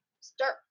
start